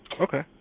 Okay